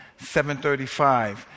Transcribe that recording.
735